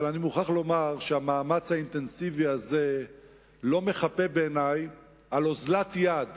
אבל אני מוכרח לומר שהמאמץ האינטנסיבי הזה לא מחפה בעיני על אוזלת יד